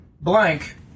blank